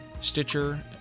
Stitcher